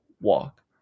walk